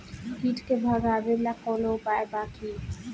कीट के भगावेला कवनो उपाय बा की?